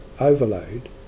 overload